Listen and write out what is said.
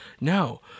No